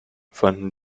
fanden